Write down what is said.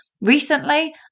recently